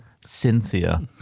Cynthia